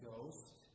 Ghost